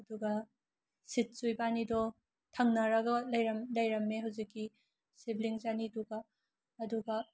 ꯑꯗꯨꯒ ꯁꯤꯠꯁꯁꯨ ꯏꯕꯥꯅꯤꯗꯣ ꯊꯪꯅꯔꯒ ꯂꯩꯔꯝ ꯂꯩꯔꯝꯃꯦ ꯍꯧꯖꯤꯛꯀꯤ ꯁꯤꯕꯂꯤꯡꯁ ꯑꯅꯤꯗꯨꯒ ꯑꯗꯨꯒ